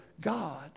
God